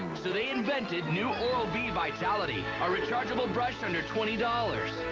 so they invented new oral-b vitality. a rechargeable brush under twenty dollars.